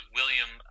William